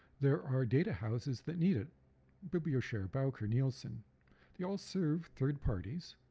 there are data houses that need it biblioshare, bowker, nielsen they all serve third parties,